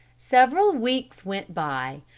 several weeks went by.